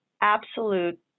absolute